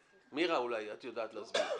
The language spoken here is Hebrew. מירה, אולי את יודעת להסביר.